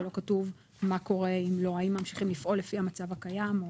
ולא כתוב מה קורה אם לא האם ממשיכים לפעול לפי המצב הקיים,